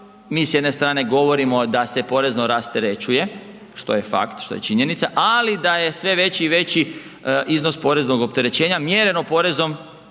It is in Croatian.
mi s jedne strane govorimo da se porezno rasterećuje, što je fakt, što je činjenica ali da je sve veći i veći iznos poreznog opterećenja mjereno porezom